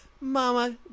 Mama